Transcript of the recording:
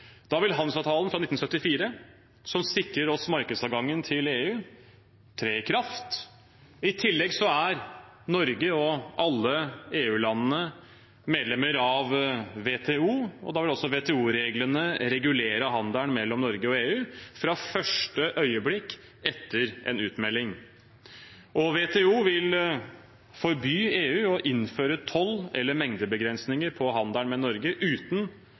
Da vil handelsavtalen fra 1974 som sikrer oss markedsadgangen til EU, tre i kraft. I tillegg er Norge og alle EU-landene medlemmer av WTO, og da vil også WTO-reglene regulere handelen mellom Norge og EU fra første øyeblikk etter en utmelding. WTO vil forby EU å innføre toll eller mengdebegrensninger på handelen med Norge uten